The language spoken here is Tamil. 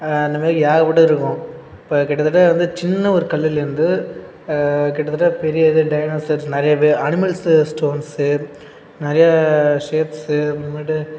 அந்த மாரி ஏகப்பட்டது இருக்கும் இப்போ கிட்டத்தட்ட வந்து சின்ன ஒரு கல்லுலேருந்து கிட்டத்தட்ட ஒரு பெரிய இது டைனோசர்ஸ் நிறையவே அனிமல்ஸு ஸ்டோன்ஸு நிறைய ஷேப்ஸு அப்புறமேட்டு